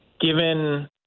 given